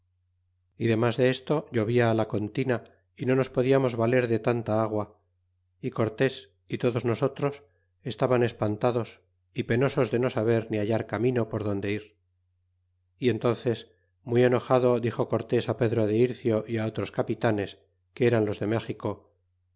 y demas desto llovia á la contina y no nos podiarnos valer de tanta agua y cortés y todos nosotros estaban espantados y penosos de no saber ni hallar camino por donde ir y entónces muy enojado dixo cortés pedro de rejo y otros capitanes que eran los de méxico